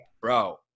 bro